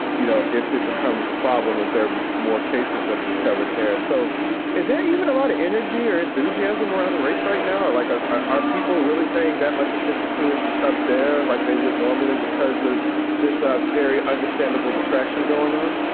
you know, if it becomes a problem or if there are more cases that are discovered there so is there even a lot of energy or enthusiasm or other race right now or like ah are people really paying that much attention to it up there like they would normally because of this, a very understandable distraction going on?